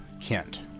Kent